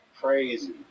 crazy